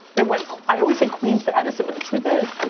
it went, i always say queens to edison, but the truth is,